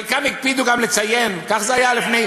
חלקם הקפידו גם לציין, כך זה היה לפני